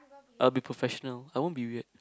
I'll be professional I won't be weird